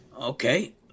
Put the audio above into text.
Okay